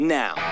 now